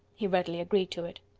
he readily agreed to it.